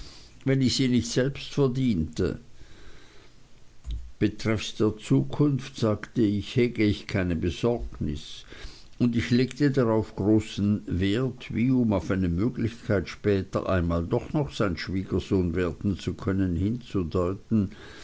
wenn ich sie nicht selbst verdiente betreffs der zukunft sagte ich hege ich keine besorgnis und ich legte darauf großen nachdruck wie um auf eine möglichkeit später einmal doch noch sein schwiegersohn werden zu können hinzudeuten